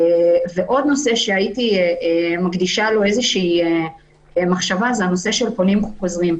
ועוד נושא שהייתי מקדישה לו מחשבה זה הנושא של פונים חוזרים.